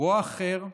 רוע אחר,